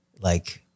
like-